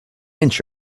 inch